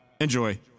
Enjoy